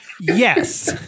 Yes